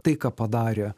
tai ką padarė